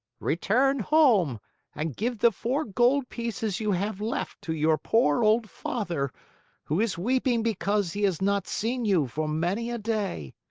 return home and give the four gold pieces you have left to your poor old father who is weeping because he has not seen you for many a day.